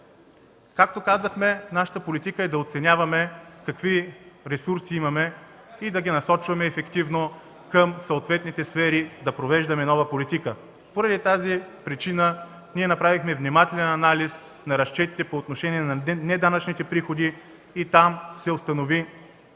Както казахме, нашата политика е да оценяваме какви ресурси имаме и да ги насочваме ефективно към съответните сфери, да провеждаме нова политика. Поради тази причина направихме внимателен анализ на разчетите по отношение на неданъчните приходи. Там се установи